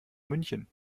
münchen